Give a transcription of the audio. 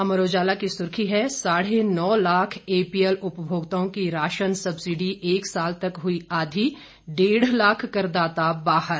अमर उजाला की सुर्खी है साढ़े नौ लाख एपीएल उपभोक्ताओं की राशन सब्सिडी एक साल तक हुई आधी डेढ़ लाख करदाता बाहर